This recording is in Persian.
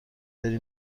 داری